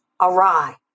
awry